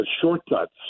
shortcuts